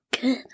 good